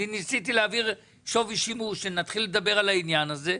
אני ניסיתי להעביר שווי שימוש שנתחיל לדבר על העניין הזה,